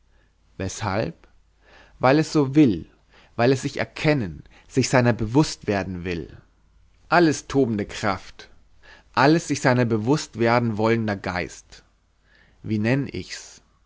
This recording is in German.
weshalb weil es so will weil es sich erkennen sich seiner bewußt werden will alles tobende kraft alles sich seiner bewußt werden wollender geist wie nenn ich's